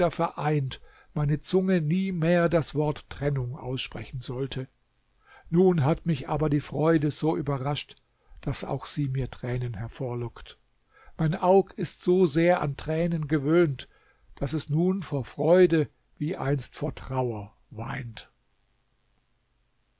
vereint meine zunge nie mehr das wort trennung aussprechen sollte nun hat mich aber die freude so überrascht daß auch sie mir tränen hervorlockt mein aug ist so sehr an tränen gewöhnt daß es nun vor freude wie einst vor trauer weint